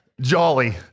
jolly